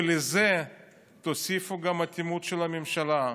לזה תוסיפו את האטימות של הממשלה.